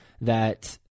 that-